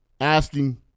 asking